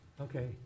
Okay